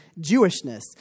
Jewishness